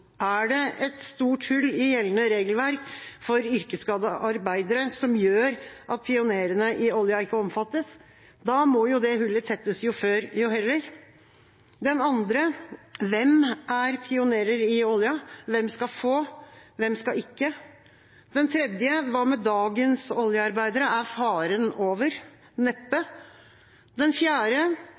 Er det et stort hull i gjeldende regelverk for yrkesskadde arbeidere som gjør at pionerene i olja ikke omfattes? Da må det hullet tettes jo før jo heller. Hvem er pionerer i olja? Hvem skal få, og hvem skal ikke? Hva med dagens oljearbeidere? Er faren over? Neppe.